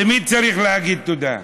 למי צריך להגיד תודה,